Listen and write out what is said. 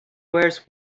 wears